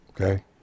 okay